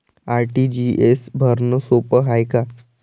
RTGS भरनं सोप हाय का?